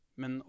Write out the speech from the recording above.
men